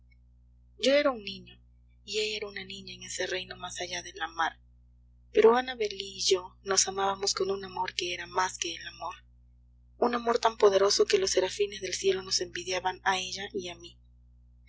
yo era un niño y ella era una niña en ese reino más allá de la mar pero annabel lee y yo nos amábamos con un amor que era más que el amor un amor tan poderoso que los serafines del cielo nos envidiaban a ella y a mí